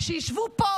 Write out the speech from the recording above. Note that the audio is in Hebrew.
שישבו פה